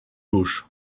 gauche